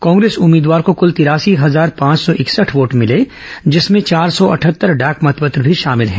कांग्रेस उम्मीदवार को कृल तिरासी हजार पांच सौ इकसठ वोट मिले जिसमें चार सौ अटहत्तर डाक मतपत्र भी शामिल हैं